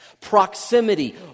Proximity